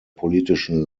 politischen